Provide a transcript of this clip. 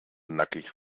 nackig